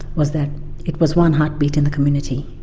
was that it was one heartbeat in the community,